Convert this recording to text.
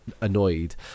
annoyed